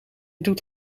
doet